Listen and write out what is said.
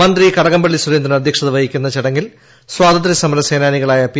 മന്ത്രി കടകംപള്ളി സുരേന്ദ്രൻ അധ്യക്ഷത വഹിക്കുന്ന ചടങ്ങിൽ സ്വാതന്ത്ര്യസമരസേനാനികളായ പി